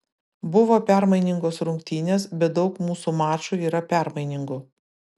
buvo permainingos rungtynės bet daug mūsų mačų yra permainingų